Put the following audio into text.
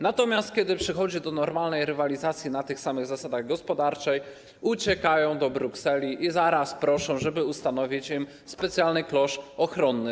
Natomiast kiedy dochodzi do normalnej rywalizacji na tych samych zasadach gospodarczych, uciekają do Brukseli i zaraz proszą, żeby ustanowić im specjalny klosz ochronny.